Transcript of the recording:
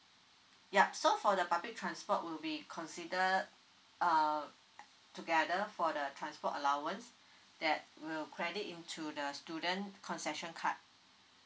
yup so for the public transport will be considered uh together for the transport allowance that will credit into the student concession card